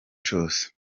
cose